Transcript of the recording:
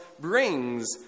brings